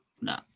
No